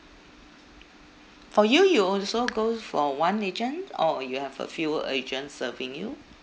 for you you also go for one agent or you have a few agents serving you